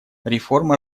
реформа